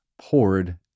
poured